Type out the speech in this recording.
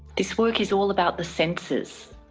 this work is all about the senses,